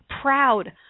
proud